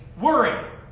worry